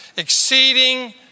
exceeding